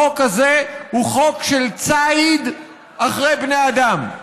החוק הזה הוא חוק של ציד אחרי בני אדם.